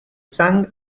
zhang